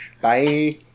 Bye